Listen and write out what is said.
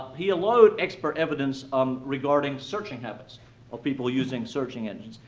he allowed expert evidence um regarding searching habits of people using searching engines.